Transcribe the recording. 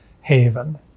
haven